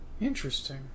Interesting